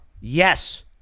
Yes